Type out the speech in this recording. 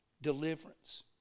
deliverance